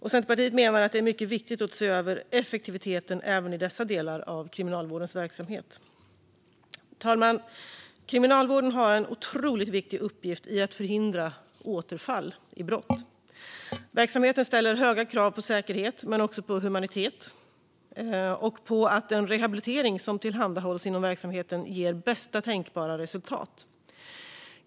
Centerpartiet menar att det är mycket viktigt att se över effektiviteten även i dessa delar av Kriminalvårdens verksamhet. Fru talman! Kriminalvården har en otroligt viktig uppgift i att förhindra återfall i brott. Verksamheten ställer höga krav på säkerhet men också på humanitet och på att den rehabilitering som tillhandhålls inom verksamheten ger bästa tänkbara resultat.